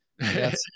Yes